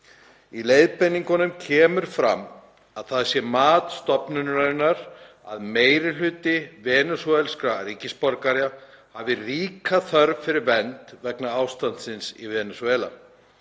Í leiðbeiningunum kemur fram að það sé mat stofnunarinnar að meirihluti venesúelskra ríkisborgara hafi ríka þörf fyrir vernd vegna ástandsins í Venesúela.